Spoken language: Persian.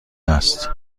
است